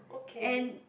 and